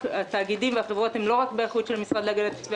התאגידים והחברות הם לא רק באחריות של המשרד להגנת הסביבה,